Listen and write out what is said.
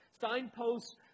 Signposts